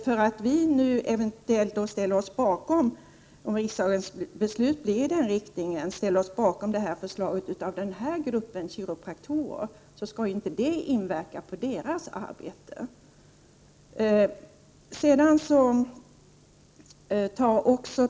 Det faktum att utskottsmajoriteten ställer sig bakom det förslag som kanske blir riksdagens beslut när det gäller den här gruppen kiropraktorer behöver inte inverka på naprapaternas arbete.